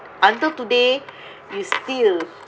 until today you still